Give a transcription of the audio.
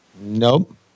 Nope